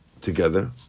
together